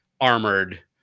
armored